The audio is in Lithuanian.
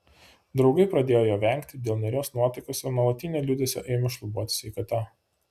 draugai pradėjo jo vengti dėl niūrios nuotaikos ir nuolatinio liūdesio ėmė šlubuoti sveikata